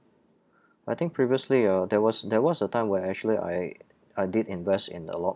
I think previously ah there was there was a time where actually I I did invest in a lot